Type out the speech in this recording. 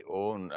own